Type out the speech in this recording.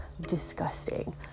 disgusting